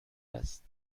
است